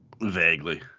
Vaguely